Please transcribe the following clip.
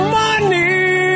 money